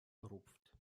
rupft